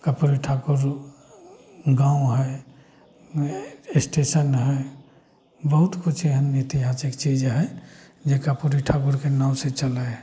कर्पूरी ठाकुर गाँव हइ स्टेशन हइ बहुत किछु एहन ऐतिहासिक चीज हइ जे कर्पूरी ठाकुरके नामसँ चलय हइ